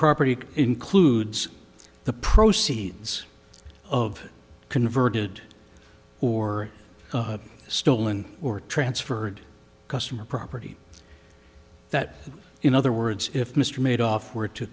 property includes the proceeds of converted or stolen or transferred customer property that in other words if mr made off were to